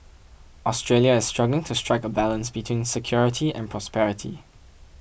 Australia is struggling to strike a balance between security and prosperity